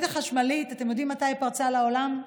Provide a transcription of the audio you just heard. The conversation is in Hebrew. החשמלית, אתם יודעים מתי היא פרצה לעולם?